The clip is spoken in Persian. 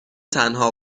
تنها